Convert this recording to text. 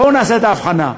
בואו נעשה את ההבחנה.